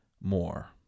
more